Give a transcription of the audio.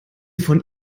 von